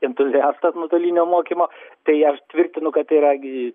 entuziastas nuotolinio mokymo tai aš tvirtinu kad tai yra gi